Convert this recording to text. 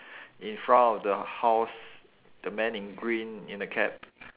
in front of the h~ house the man in green in a cap